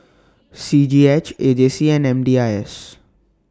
C G H A J C and M D I S